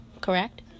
correct